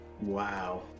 Wow